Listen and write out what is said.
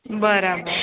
બરાબર